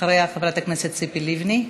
אחריה, חברת הכנסת ציפי לבני.